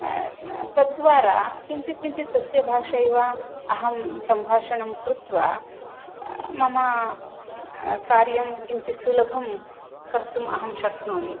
तद्वारा किञ्चित् किञ्चित् तस्य भाषैव अहं सम्भाषणङ्कृत्वा मम कार्यं किञ्चित् सुलभम् कर्तुं अहं शक्नोमि